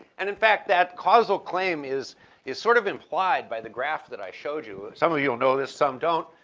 and in fact, that causal claim is is sort of implied by the graph that i showed you. some of you will know this. some don't.